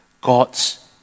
God's